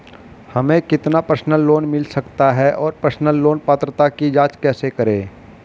हमें कितना personal loan मिल सकता है और पर्सनल लोन पात्रता की जांच कैसे करें?